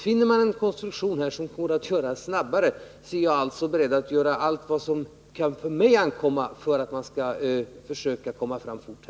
Finner man en konstruktion som går att genomföra snabbare är jag alltså beredd att göra allt vad som på mig ankommer för att man skall kunna komma fort fram.